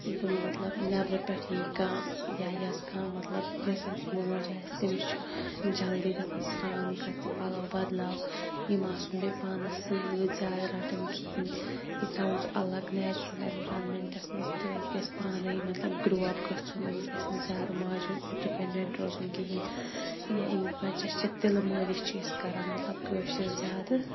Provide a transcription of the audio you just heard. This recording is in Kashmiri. یہِ مَطلَب نٮ۪برٕ پٮ۪ٹھ یِیہِ کانٛہہ یا یۄس کانٛہہ مَطلَب یۄس أمس موج آسہِ تٔمِس چھُ جَلدی دَپان سران کَر تہٕ پَلَو بَدلاو یہِ مہٕ آسُن بیٚیہِ پانَس سۭتۍ زیادٕ رَٹان کِہِیٖنۍ یہِ تراوُن ژٕ اَلَگ نیچرَل ایٚنورانمیٚنٹَس مَنٛز تہٕ یہِ گَژھِ پانے مَطلَب گرو اَپ گَژھُن أمس گَژھِ نہٕ زیادٕ ماجہِ پٮ۪ٹھ ڈِپیٚنڈنٹ روزُن کِہِیٖنۍ یا أمس بَچَس چھِ تِلہٕ مٲلِش چھِ أسۍ کَران مَطلَب کٲشٕر زیادٕ